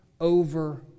over